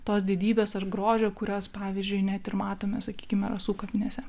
tos didybės ar grožio kurios pavyzdžiui net ir matome sakykime rasų kapinėse